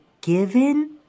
given